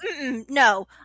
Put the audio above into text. no